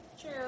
True